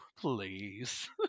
please